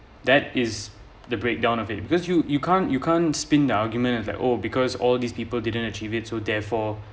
that is the breakdown of it because you you can't you can't spin the argument and like oh because all these people didn't achieve it so therefore